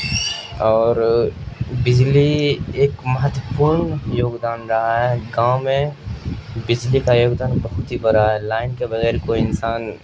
اور بجلی ایک مہتوپورن یوگدان رہا ہے گاؤں میں بجلی کا یوگدان بہت ہی بڑا ہے لائن کے بغیر کو انسان